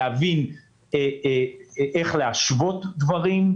להבין איך להשוות דברים,